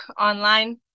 online